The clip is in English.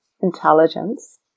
intelligence